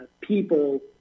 people